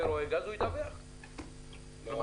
כלומר,